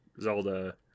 zelda